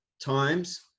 times